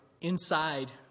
inside